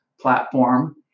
platform